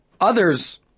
others